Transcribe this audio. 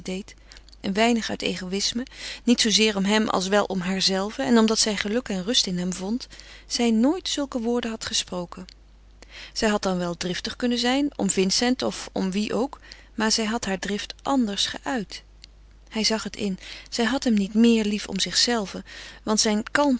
een weinig uit egoïsme niet zoozeer om hem als wel om haarzelve en omdat zij geluk en rust in hem vond zij nooit zulke woorden had gesproken zij had dan wel driftig kunnen zijn om vincent of om wien ook maar zij had haar drift anders geuit hij zag het in zij had hem niet lief om zichzelve want zijn